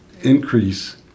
increase